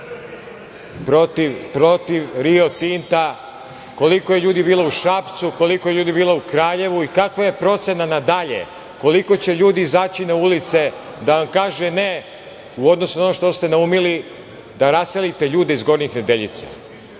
protiv Rio Tinta. Koliko je ljudi bilo u Šapcu, koliko ljudi je bilo u Kraljevu i kakva je procena na dalje - koliko će ljudi izaći na ulice? Da nam kaže - ne u odnosu na ono što ste naumili da raselite ljude iz Gornjih Nedeljica.